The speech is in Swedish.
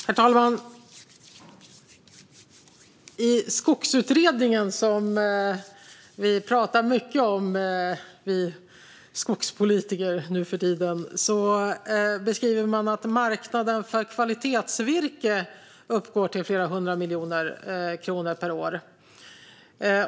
Herr talman! I Skogsutredningen, som vi skogspolitiker pratar mycket om nu för tiden, beskriver man att marknaden för kvalitetsvirke uppgår till flera hundra miljoner kronor per år.